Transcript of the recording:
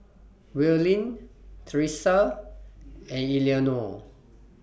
Willene Thresa and Eleonore